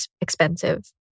expensive